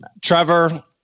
Trevor